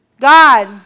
God